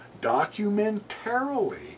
documentarily